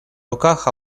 руках